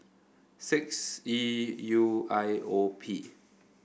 six E U I O P